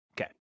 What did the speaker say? Okay